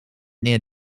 near